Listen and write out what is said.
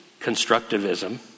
constructivism